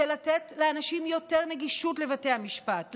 זה לתת לאנשים יותר נגישות לבתי המשפט,